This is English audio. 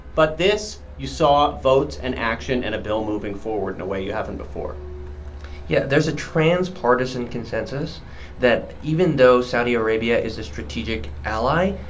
but this you saw votes and action and a bill moving forward in a way you haven't before yeah. there's a transpartisan consensus that even though saudi arabia is a strategic ally,